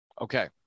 Okay